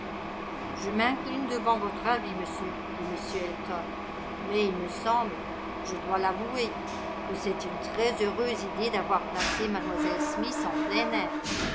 je m'incline devant votre avis monsieur dit m elton mais il me semble je dois l'avouer que c'est une très heureuse idée d'avoir placé mlle smith en plein air